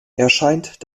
erscheint